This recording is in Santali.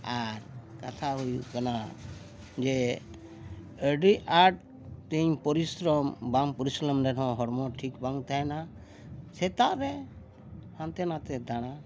ᱟᱨ ᱠᱟᱛᱷᱟ ᱦᱩᱭᱩᱜ ᱠᱟᱱᱟ ᱡᱮ ᱟᱹᱰᱤ ᱟᱸᱴ ᱛᱤᱧ ᱯᱚᱨᱤᱥᱨᱚᱢ ᱵᱟᱝ ᱯᱚᱨᱤᱥᱨᱚᱢ ᱞᱮ ᱨᱮᱦᱚᱸ ᱦᱚᱲᱢᱚ ᱴᱷᱤᱠ ᱵᱟᱝ ᱛᱟᱦᱮᱱᱟ ᱥᱮᱛᱟᱜ ᱨᱮ ᱦᱟᱱᱛᱮ ᱱᱟᱛᱮ ᱫᱟᱬᱟ